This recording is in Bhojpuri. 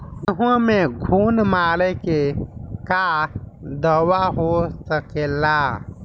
गेहूँ में घुन मारे के का दवा हो सकेला?